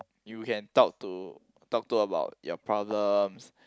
you can talk to talk to about your problems